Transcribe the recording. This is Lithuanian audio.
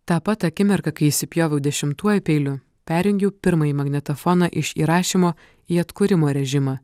tą pat akimirką kai įsipjoviau dešimtuoju peiliu perjungiu pirmąjį magnetofoną iš įrašymo į atkūrimo režimą